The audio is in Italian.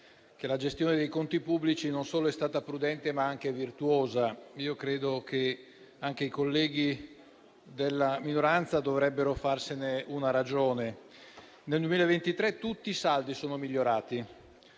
che la gestione dei conti pubblici non solo è stata prudente, ma anche virtuosa, credo che anche i colleghi della minoranza dovrebbero farsene una ragione. Nel 2023 tutti i saldi sono migliorati